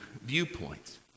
viewpoints